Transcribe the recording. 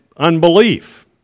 unbelief